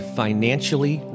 financially